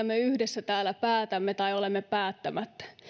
me yhdessä täällä päätämme tai olemme päättämättä